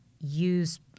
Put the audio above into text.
use